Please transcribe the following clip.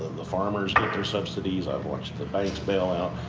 the farmers get their subsidies. i've watched the banks bailout,